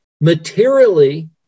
materially